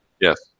Yes